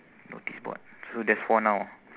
notice board so there's four now